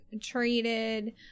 traded